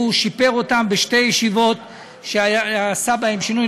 והוא שיפר אותם בשתי ישיבות עשה בהן שינוי,